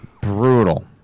Brutal